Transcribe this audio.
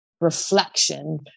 reflection